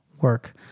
work